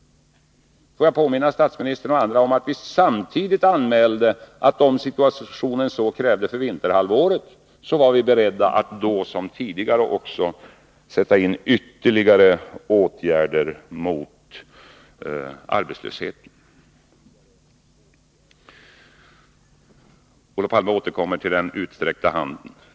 Låt mig påminna statsministern och andra om att vi samtidigt anmälde, att om situationen så krävde inför vinterhalvåret var vi beredda att då, liksom tidigare, sätta in ytterligare åtgärder mot arbetslösheten. Olof Palme återkommer till den utsträckta handen.